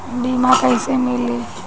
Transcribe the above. बीमा कैसे मिली?